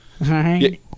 Right